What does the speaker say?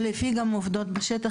גם לפי העובדות בשטח,